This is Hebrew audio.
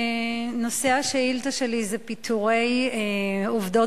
נושא השאילתא שלי זה פיטורי עובדות